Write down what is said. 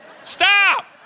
Stop